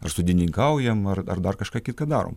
ar sodininkaujam ar ar dar kažką kitką darom